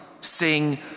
sing